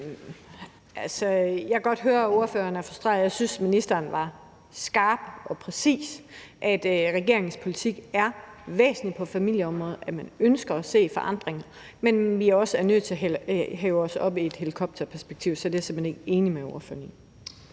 Jeg synes, at ministeren var skarp og præcis, og at regeringens politik er væsentlig på familieområdet: at man ønsker at se forandring, men at vi også er nødt til at hæve os op i et helikopterperspektiv. Så det er jeg simpelt hen ikke enig med spørgeren